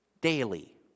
daily